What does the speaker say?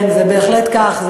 כן, זה בהחלט כך.